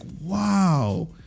wow